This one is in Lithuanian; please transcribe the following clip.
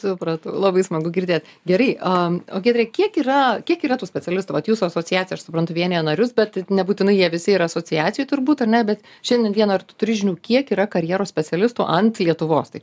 supratau labai smagu girdėt gerai am o giedre kiek yra kiek yra tų specialistų vat jūsų asociacija aš suprantu vienija narius bet nebūtinai jie visi yra asociacijų turbūt ar ne bet šiandien dieną ar tu turi žinių kiek yra karjeros specialistų ant lietuvos taip